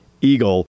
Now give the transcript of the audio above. Eagle